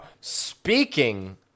Speaking